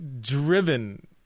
driven